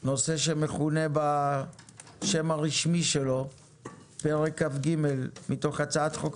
נושא שמכונה בשם הרשמי שלו פרק כ"ג מתוך הצעת חוק